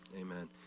Amen